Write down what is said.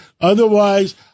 Otherwise